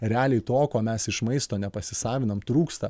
realiai to ko mes iš maisto nepasisavinam trūksta